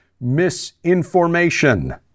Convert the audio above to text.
Misinformation